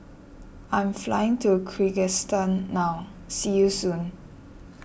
I am flying to Kyrgyzstan now see you soon